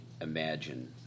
imagine